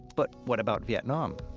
but what about vietnam?